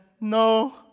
no